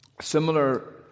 Similar